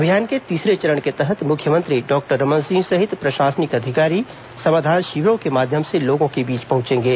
अभियान के तीसरे चरण के तहत मुख्यमंत्री डॉक्टर रमन सिंह सहित प्रशासनिक अधिकारी समाधान शिविरों के माध्यम से लोगों के बीच पहुचेंगे